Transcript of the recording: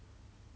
!wah!